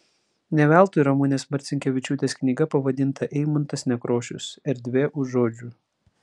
ne veltui ramunės marcinkevičiūtės knyga pavadinta eimuntas nekrošius erdvė už žodžių